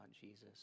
Jesus